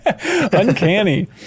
Uncanny